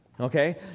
okay